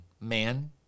man